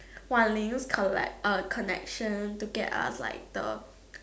Wan-Ling's collect uh connection to get us like the